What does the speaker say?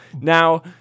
Now